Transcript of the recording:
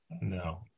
No